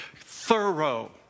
thorough